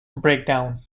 breakdown